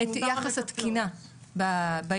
את יחס התקינה בילדים,